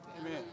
Amen